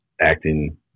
acting